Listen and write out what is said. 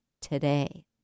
today